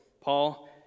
Paul